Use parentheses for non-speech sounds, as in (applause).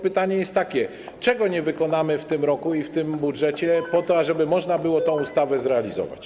Pytanie jest więc takie: Czego nie wykonamy w tym roku i w tym budżecie po to, (noise) ażeby można było tę ustawę zrealizować?